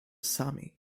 sami